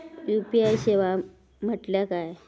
UPI सेवा म्हटल्या काय?